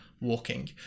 walking